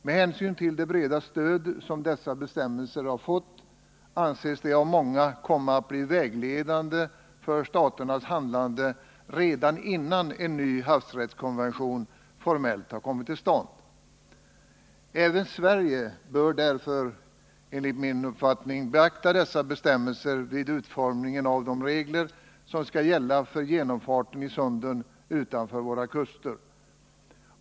Med hänsyn till det breda stöd som dessa bestämmelser har fått anses de av många komma att bli vägledande för staternas handlande, redan innan en ny havsrättskonvention formellt har kommit till stånd. Även Sverige bör därför enligt min uppfattning beakta dessa bestämmelser vid utformningen av de regler som skall gälla för genomfarten i sunden utanför våra kuster.